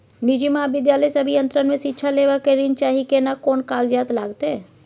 निजी महाविद्यालय से अभियंत्रण मे शिक्षा लेबा ले ऋण चाही केना कोन कागजात लागतै?